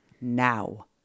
now